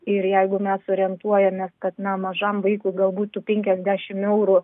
ir jeigu mes orientuojamės kad na mažam vaikui gal būtų penkiasdešimt eurų